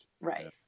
Right